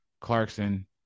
Clarkson